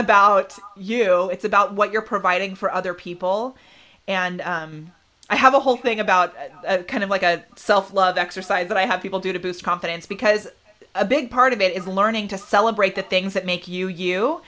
about you it's about what you're providing for other people and i have a whole thing about kind of like a self love exercise that i have people do to boost confidence because a big part of it is learning to celebrate the things that make you you